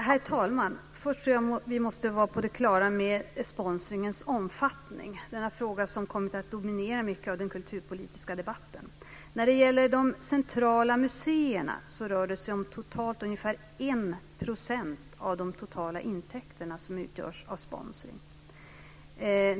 Herr talman! Först tror jag att vi måste vara på det klara med sponsringens uppfattning. Det är en fråga som har kommit att dominera mycket av den kulturpolitiska debatten. När det gäller de centrala museerna rör det sig om totalt ungefär 1 % av de totala intäkterna som utgörs av sponsring.